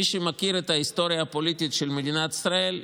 מי שמכיר את ההיסטוריה הפוליטית של מדינת ישראל,